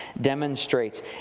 demonstrates